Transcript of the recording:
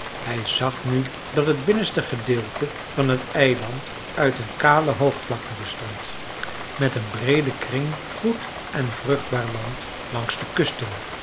hij zag nu dat het binnenste gedeelte van het eiland uit een kale hoogvlakte bestond met een breeden kring goed en vruchtbaar land langs de kusten